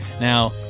Now